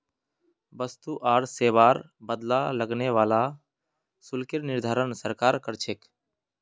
वस्तु आर सेवार बदला लगने वाला शुल्केर निर्धारण सरकार कर छेक